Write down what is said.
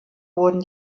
wurden